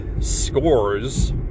scores